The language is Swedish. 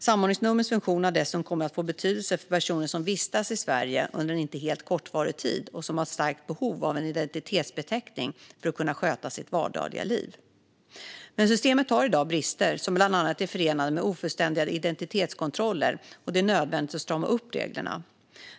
Samordningsnumrens funktion har dessutom kommit att få en betydelse för personer som vistas i Sverige under en inte helt kortvarig tid och som har ett starkt behov av en identitetsbeteckning för att kunna sköta sina vardagliga liv. Men systemet har i dag brister som bland annat är förenade med ofullständiga identitetskontroller, och det är nödvändigt att strama upp reglerna.